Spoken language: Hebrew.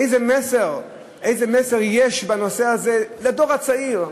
איזה מסר יש בנושא הזה לדור הצעיר?